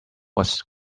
was